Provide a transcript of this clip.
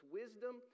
wisdom